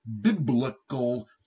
biblical